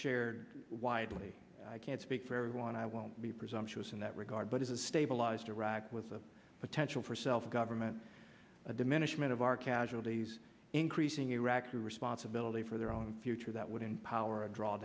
shared widely i can't speak for everyone i won't be presumptuous in that regard but it has stabilized iraq with a potential for self government a diminishment of our casualties increasing iraqi responsibility for their own future that would empower a draw